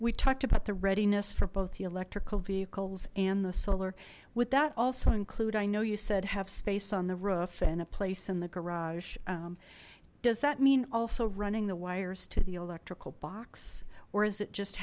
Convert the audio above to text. we talked about the readiness for both the electrical vehicles and the solar would that also include i know you said have space on the roof and a place in the garage does that mean also running the wires to the electrical box or is it just